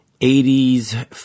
80s